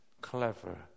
clever